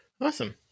awesome